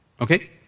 Okay